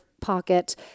pocket